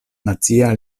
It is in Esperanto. nacia